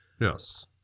Yes